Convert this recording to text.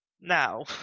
Now